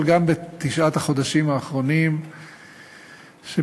אבל גם בתשעת החודשים האחרונים שבהם